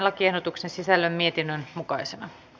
lakiehdotuksen sisällön mietinnön mukaisena